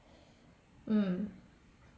mm